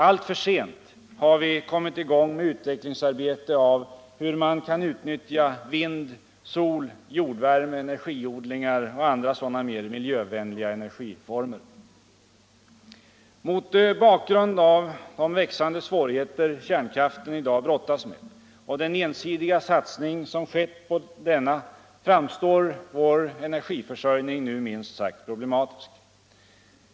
Alltför sent har man kommit i gång med utvecklingsarbetet av hur man kan utnyttja vind, sol, jordvärme, energiodlingar och andra sådana mer miljövänliga energiformer. Mot bakgrund av de växande svårigheter kärnkraften i dag brottas med och den ensidiga satsning som har skett på denna framstår vår energiförsörjning nu minst sagt problematisk.